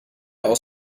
aus